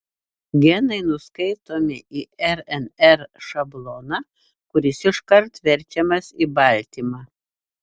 genai nuskaitomi į rnr šabloną kuris iškart verčiamas į baltymą